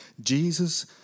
Jesus